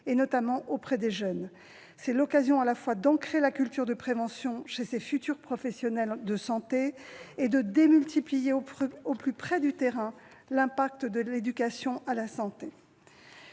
notamment auprès des jeunes. C'est l'occasion à la fois d'ancrer la culture de prévention chez ces futurs professionnels de santé et de démultiplier, au plus près du terrain, l'impact de l'éducation à la santé.